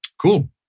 Cool